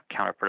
counterproductive